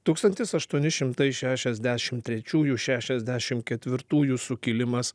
tūkstantis aštuoni šimtai šešiasdešim trečiųjų šešiasdešim ketvirtųjų sukilimas